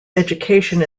education